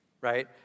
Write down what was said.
right